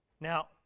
Now